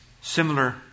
similar